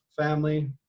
family